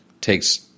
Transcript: takes